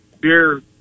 beer